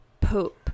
poop